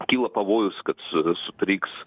kyla pavojus kad su sutriks